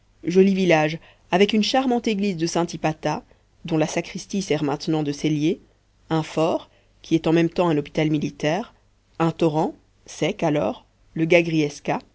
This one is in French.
joli village avec une charmante église de sainte hypata dont la sacristie sert maintenant de cellier un fort qui est en même temps un hôpital militaire un torrent sec alors le